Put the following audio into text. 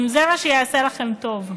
אם זה מה שיעשה לכם טוב.